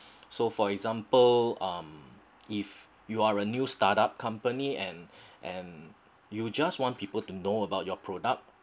so for example um if you are a new startup company and and you just want people to know about your product